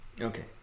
Okay